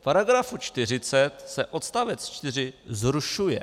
V § 40 se odst. 4 zrušuje.